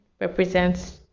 represents